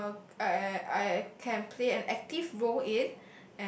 uh I I I can play an active role in